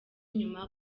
inyuma